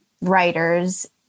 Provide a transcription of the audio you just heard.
writers